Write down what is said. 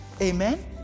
Amen